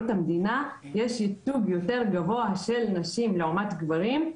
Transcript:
יש ייצוג יותר גבוה של נשים לעומת גברים,